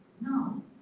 No